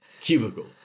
cubicle